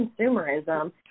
consumerism